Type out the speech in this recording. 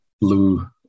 Blue